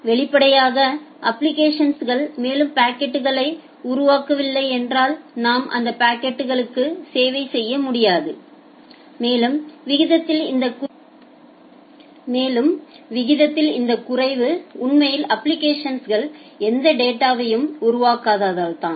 வெளிப்படையாக அப்ளிகேஷன்கள் மேலும் பாக்கெட்களை உருவாக்கவில்லை என்றால் நாம் அந்த பாக்கெட்களுக்கு சேவை செய்ய முடியாது மேலும் விகிதத்தில் இந்த குறைவு உண்மையில் அப்ளிகேஷன்கள் எந்த டேட்டாவையும் உருவாக்காததால் தான்